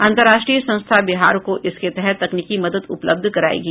अंतर्राष्ट्रीय संस्था बिहार को इसके तहत तकनीकी मदद उपलब्ध करायेगी